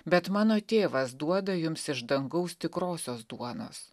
bet mano tėvas duoda jums iš dangaus tikrosios duonos